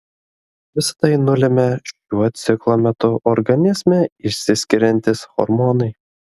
visa tai nulemia šiuo ciklo metu organizme išsiskiriantys hormonai